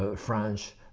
ah french,